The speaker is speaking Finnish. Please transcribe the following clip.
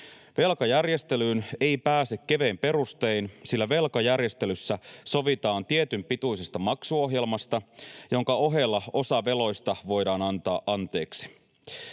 Velkajärjestelyyn ei pääse kevein perustein, sillä velkajärjestelyssä sovitaan tietynpituisesta maksuohjelmasta, jonka ohella osa veloista voidaan antaa anteeksi.